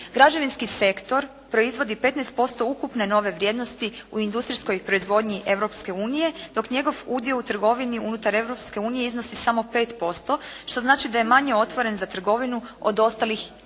Građevinski sektor proizvodi 15% ukupne nove vrijednosti u industrijskoj proizvodnji Europske unije, dok njegov udio u trgovini unutar Europske unije iznosi samo 5%, što znači da je manje otvoren za trgovinu do ostalih